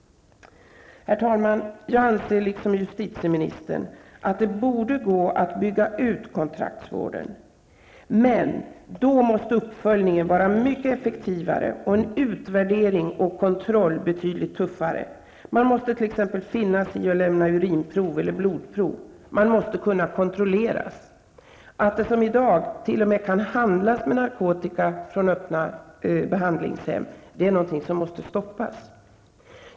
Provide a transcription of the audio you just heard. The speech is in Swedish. Herr talman! Jag anser, liksom justitieministern, att det borde gå att bygga ut kontraktsvården. Men då måste uppföljningen vara mycket effektivare och utvärdering och kontroll betydligt tuffare. Man måste t.ex. finna sig i att lämna urinprov eller blodprov, man måste kunna kontrolleras. Att det, som i dag, t.o.m. kan handlas med narkotika från öppna behandlingshem är något som måste stoppas.